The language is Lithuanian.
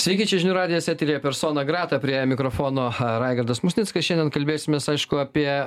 sveiki čia žinių radijas eteryje persona greta prie mikrofono ha raigardas musnickas šiandien kalbėsimės aišku apie